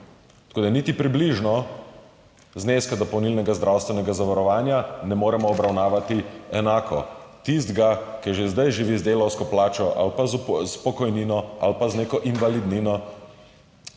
Tako da niti približno zneska dopolnilnega zdravstvenega zavarovanja ne moremo obravnavati enako. Tistega, ki že zdaj živi z delavsko plačo ali pa s pokojnino ali pa z neko invalidnino,